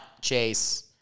Chase